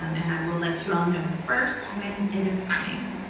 um and i will let you all know first when it is coming.